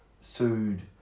sued